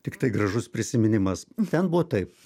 tiktai gražus prisiminimas ten buvo taip